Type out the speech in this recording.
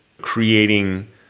creating